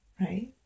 Right